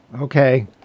okay